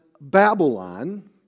Babylon